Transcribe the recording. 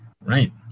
Right